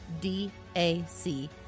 DAC